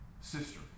sister